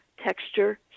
texture